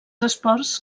esports